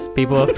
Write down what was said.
people